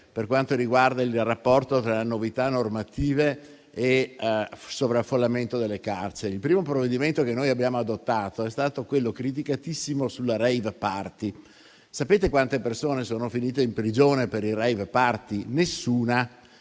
per quanto riguarda il rapporto tra novità normative e sovraffollamento delle carceri. Il primo provvedimento che noi abbiamo adottato è stato quello criticatissimo sui *rave party.* Sapete quante persone sono finite in prigione per i *rave party*? Nessuna.